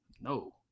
no